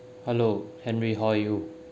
hello henry how are you